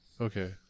Okay